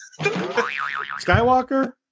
Skywalker